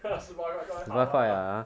!huh! 十八块当然好 lah